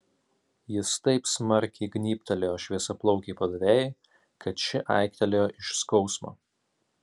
jis taip smarkiai gnybtelėjo šviesiaplaukei padavėjai kad ši aiktelėjo iš skausmo